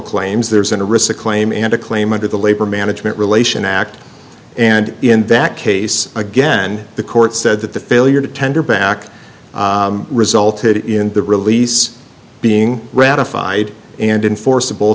claims there's in a risk to claim under the labor management relation act and in that case again the court said that the failure to tender back resulted in the release being ratified and enforceable